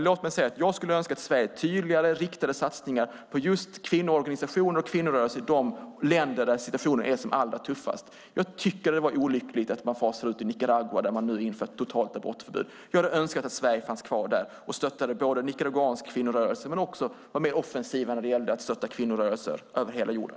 Låt mig säga att jag skulle önska att Sverige tydligare riktade satsningar till just kvinnoorganisationer och kvinnorörelser i de länder där situationen är som allra tuffast. Jag tycker att det var olyckligt att man fasade ut i Nicaragua där de nu har infört ett totalt abortförbud. Jag hade önskat att Sverige hade funnits kvar där och både stöttat den nicaraguanska kvinnorörelsen och varit mer offensiv när det gäller att stötta kvinnorörelser över hela jorden.